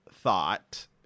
thought